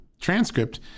transcript